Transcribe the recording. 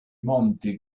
monti